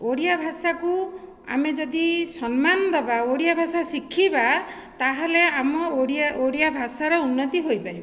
ଓଡ଼ିଆ ଭାଷାକୁ ଆମେ ଯଦି ସମ୍ମାନ ଦେବା ଓଡ଼ିଆ ଭାଷା ଶିଖିବା ତାହାଲେ ଆମ ଓଡ଼ିଆ ଓଡ଼ିଆ ଭାଷାର ଉନ୍ନତି ହୋଇପାରିବ